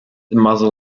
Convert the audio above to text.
muzzle